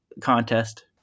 contest